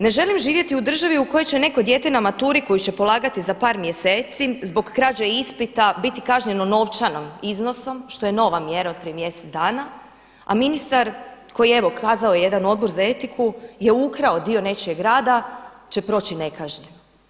Ne želim živjeti u državi u kojoj će neko dijete na maturi koju će polagati za par mjeseci zbog krađe ispita biti kažnjeno novčanim iznosom što je nova mjera od prije mjesec dana a ministar koji je evo kazao je jedan odbor za etiku je ukrao dio nečijeg rada će proći nekažnjeno.